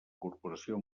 corporació